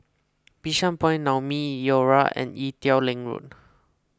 Bishan Point Naumi Liora and Ee Teow Leng Road